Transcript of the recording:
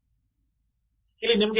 ವಿದ್ಯಾರ್ಥಿ ಇನ್ನೂ ಕಡಿಮೆ